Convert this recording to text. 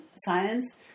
Science